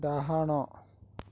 ଡାହାଣ